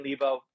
Levo